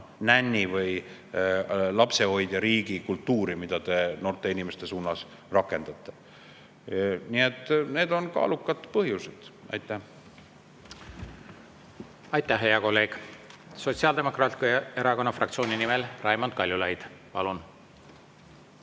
või lapsehoidjariigi kultuuri, mida te noorte inimeste suhtes rakendate. Nii et need on kaalukad põhjused. Aitäh! Aitäh, hea kolleeg! Sotsiaaldemokraatliku Erakonna fraktsiooni nimel Raimond Kaljulaid, palun!